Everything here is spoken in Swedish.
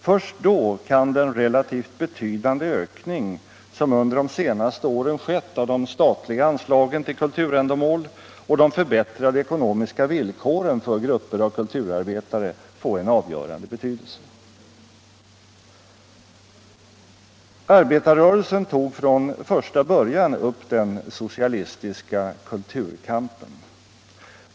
Först då kan den relativt betydande ökning som under de senaste åren skett av de statliga anslagen till kulturändamål och de förbättrade ekonomiska villkoren för grupper av kulturarbetare få en avgörande betydelse. Arbetarrörelsen tog från första början upp den socialistiska kulturkampen.